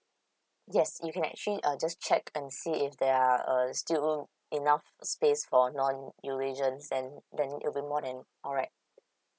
yes you can actually uh just check and see if there are uh still enough space for non eurasians and then it'll be more than alright